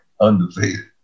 undefeated